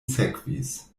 sekvis